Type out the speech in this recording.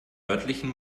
örtlichen